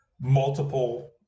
multiple